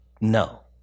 no